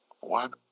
one